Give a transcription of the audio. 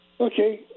Okay